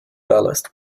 ballast